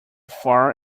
far